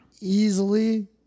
easily